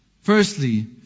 Firstly